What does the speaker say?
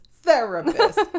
therapist